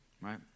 right